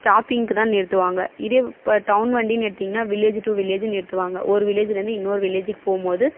ஸ்டாப்பிங்க்கு தான் நிறுத்துவாங்க இதே இப்போ டவுன் வண்டின்னு எடுத்தீங்கன்னால் வில்லேஜு டூ வில்லேஜுன்னு ஏற்றுவாங்க ஒரு வில்லேஜிலேருந்து இன்னொரு வில்லேஜுக்கு போகும்போது